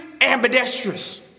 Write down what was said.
ambidextrous